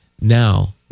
now